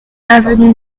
avenue